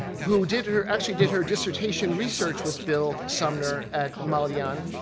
who did her actually did her dissertation research with bill sumner at malyan.